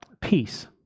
peace